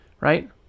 right